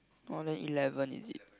more than eleven is it